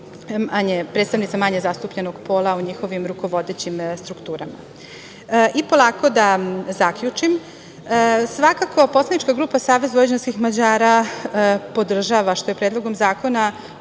predstavnica manje zastupljenog pola u njihovim rukovodećim strukturama. Polako da zaključim, svakako da poslanička grupa Savez vojvođanskih Mađara podržava što se Predlogom zakona